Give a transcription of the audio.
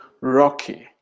rocky